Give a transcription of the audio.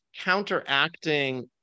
counteracting